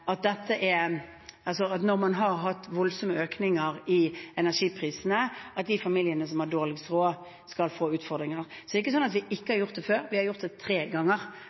at når man har hatt voldsomme økninger i energiprisene, skal de familiene som har dårligst råd, få utfordringer. Så det er ikke sånn at vi ikke har gjort det før. Vi har gjort det tre ganger